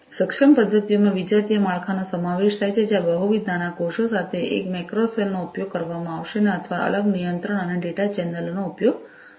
સક્ષમ પદ્ધતિઓમાં વિજાતીય માળખાનો સમાવેશ થાય છે જ્યાં બહુવિધ નાના કોષો સાથે એક મેક્રો સેલ નો ઉપયોગ કરવામાં આવશે અથવા અલગ નિયંત્રણ અને ડેટા ચેનલો નો ઉપયોગ કરી શકાય છે